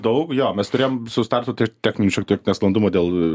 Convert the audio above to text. daug jo mes turėjom visu startu tai techninių šiek tiek nesklandumų dėl